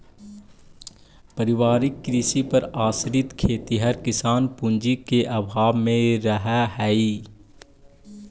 पारिवारिक कृषि पर आश्रित खेतिहर किसान पूँजी के अभाव में रहऽ हइ